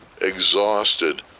exhausted